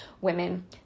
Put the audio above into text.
women